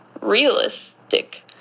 realistic